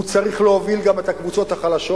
הוא צריך להוביל גם את הקבוצות החלשות,